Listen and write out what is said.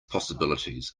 possibilities